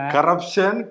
Corruption